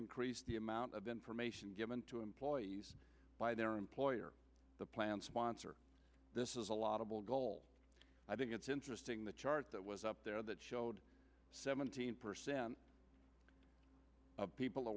increase the amount of information given to employees by their employer the plan sponsor this is a lot of the goal i think it's interesting the chart that was up there that showed seventeen percent of people